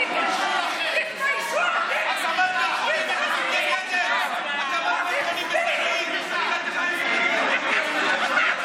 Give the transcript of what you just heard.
להקמת בית חולים בסח'נין את מתנגדת.